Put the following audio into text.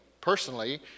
personally